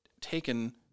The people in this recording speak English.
taken